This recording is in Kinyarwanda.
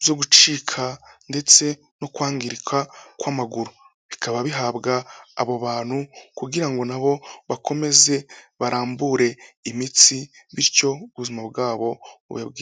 byo gucika ndetse no kwangirika kw'amaguru, bikaba bihabwa abo bantu kugira ngo nabo bakomeze barambure imitsi, bityo ubuzima bwabo bube bwiza.